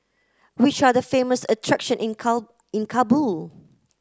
which are the famous attraction in Kabul